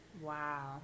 Wow